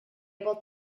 able